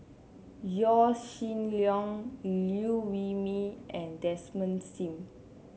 Yaw Shin Leong Liew Wee Mee and Desmond Sim